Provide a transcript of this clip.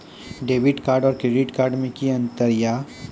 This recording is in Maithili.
डेबिट कार्ड और क्रेडिट कार्ड मे कि अंतर या?